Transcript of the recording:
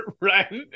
right